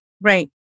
Right